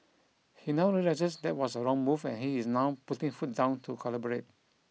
he now realises that was a wrong move and he is now putting foot down to collaborate